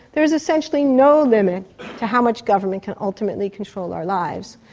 there is essentially no limit to how much government can ultimately control our lives.